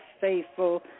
faithful